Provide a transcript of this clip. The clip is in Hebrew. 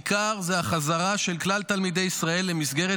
העיקר הוא החזרה של כלל תלמידי ישראל למסגרת